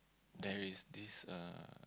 there is this uh